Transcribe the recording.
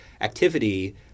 activity